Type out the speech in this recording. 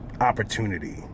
opportunity